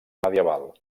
medieval